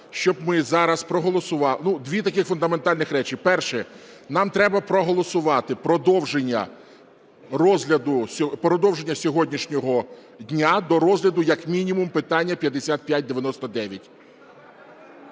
щоб ми зараз проголосували… Ну, дві такі фундаментальні речі. Перше. Нам треба проголосувати продовження сьогоднішнього дня до розгляду як мінімум питання 5599.